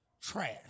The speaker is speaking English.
Trash